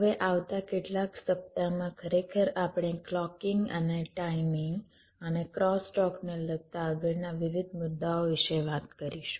હવે આવતા કેટલાક સપ્તાહમાં ખરેખર આપણે ક્લૉકિંગ અને ટાઇમિંગ અને ક્રોસ ટોક ને લગતા આગળના વિવિધ મુદ્દાઓ વિશે વાત કરીશું